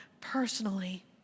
personally